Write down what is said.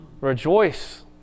Rejoice